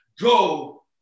Go